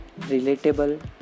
relatable